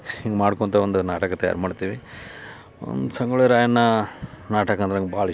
ಹಿಂಗೆ ಮಾಡ್ಕೊತ ಒಂದು ನಾಟಕ ತಯಾರು ಮಾಡ್ತೀವಿ ಒಂದು ಸಂಗೊಳ್ಳಿ ರಾಯಣ್ಣ ನಾಟಕ ಅಂದರೆ ನಂಗೆ ಭಾಳ ಇಷ್ಟ